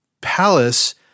palace